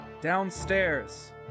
downstairs